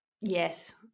Yes